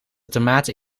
tomaten